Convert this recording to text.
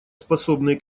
способные